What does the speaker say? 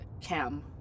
Cam